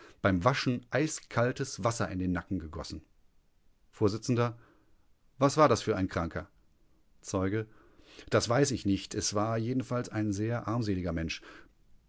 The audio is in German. beim waschen eiskaltes wasser in den nacken gegossen vors was war das für ein kranker zeuge das weiß ich nicht es war jedenfalls ein sehr armseliger mensch